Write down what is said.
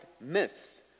myths